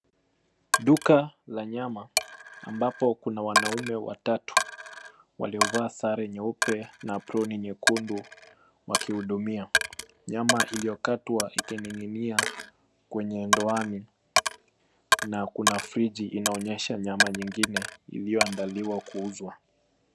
Duka la nyama ambapo kuna wanaume watatu, waliovaa sare nyeupe na aproni nyekundu wakihudumia, nyama iliyokatwa ikining'inia kwenye ndoana na kuna friji iaonyesha nyama ingine iliyoandaliwa kuuzwa.